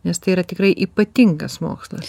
nes tai yra tikrai ypatingas mokslas